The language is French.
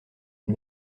une